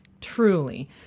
Truly